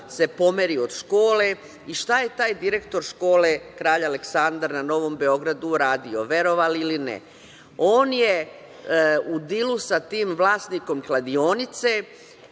se pomeri od škole. I šta je taj direktor škole Kralja Aleksandra na Novom Beogradu uradio? Verovali ili ne? On je u dilu sa tim vlasnikom kladionice